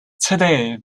today